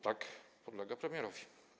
Tak, podlega premierowi.